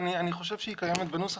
אני חושב שהיא קיימת בנוסח,